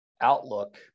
outlook